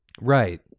Right